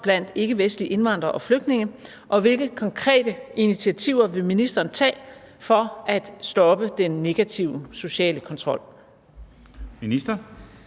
blandt ikkevestlige indvandrere og flygtninge, og hvilke konkrete initiativer vil ministeren tage for at stoppe den negative sociale kontrol? Kl.